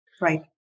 Right